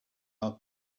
our